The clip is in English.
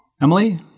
Emily